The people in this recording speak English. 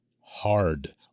hard